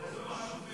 מה?